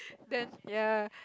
then ya